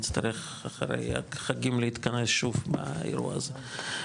נצטרך אחרי החגים להתכנס שוב באירוע הזה.